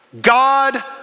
God